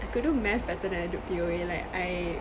I could do math better than I do P_O_A like I